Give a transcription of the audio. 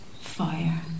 fire